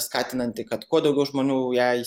skatinanti kad kuo daugiau žmonių ją